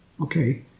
Okay